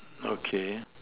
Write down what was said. okay